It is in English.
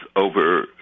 over